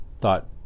thought